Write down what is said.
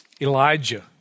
Elijah